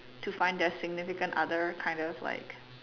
to find their significant other kind of like